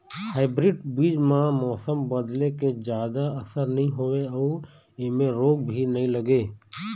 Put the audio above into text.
hybrid बीज म मौसम बदले के जादा असर नई होवे अऊ ऐमें रोग भी नई लगे